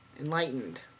Enlightened